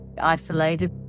isolated